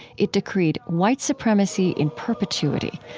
it decreed white supremacy in perpetuity,